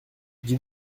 dis